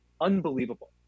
Unbelievable